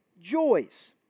joys